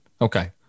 Okay